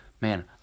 man